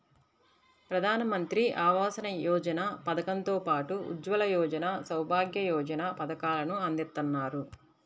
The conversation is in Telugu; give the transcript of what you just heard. ప్రధానమంత్రి ఆవాస యోజన పథకం తో పాటు ఉజ్వల యోజన, సౌభాగ్య యోజన పథకాలను అందిత్తన్నారు